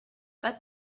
but